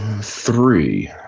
three